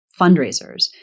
fundraisers